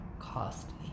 costly